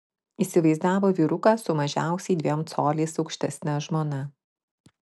įsivaizdavo vyruką su mažiausiai dviem coliais aukštesne žmona